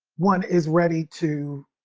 one is ready to